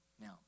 Now